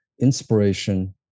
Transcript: inspiration